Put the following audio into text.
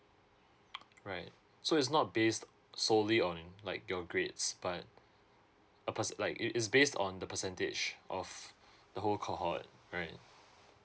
right so it's not based solely on like your grades but a perc~ like it is based on the percentage of the whole cohort right